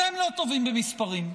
אתם לא טובים במספרים,